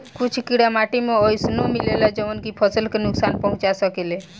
कुछ कीड़ा माटी में अइसनो मिलेलन जवन की फसल के नुकसान पहुँचा सकेले